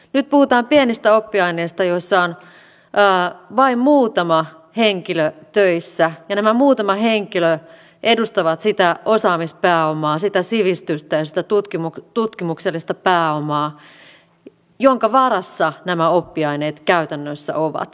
nyt puhutaan pienistä oppiaineista joissa on vain muutama henkilö töissä ja nämä muutamat henkilöt edustavat sitä osaamispääomaa sitä sivistystä ja sitä tutkimuksellista pääomaa jonka varassa nämä oppiaineet käytännössä ovat